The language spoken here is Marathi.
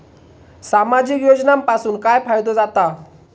सामाजिक योजनांपासून काय फायदो जाता?